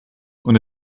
und